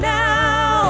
now